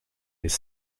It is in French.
les